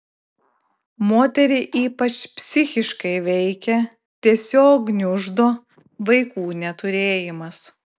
moterį ypač psichiškai veikia tiesiog gniuždo vaikų neturėjimas